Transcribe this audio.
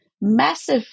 massive